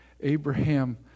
Abraham